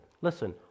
Listen